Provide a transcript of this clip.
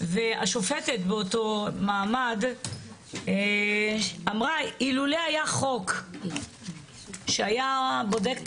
והשופטת באותו מעמד אמרה 'אילולא היה חוק שהיה בודק את